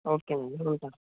okay అండి ఉంటా